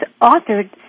authored